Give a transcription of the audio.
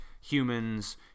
humans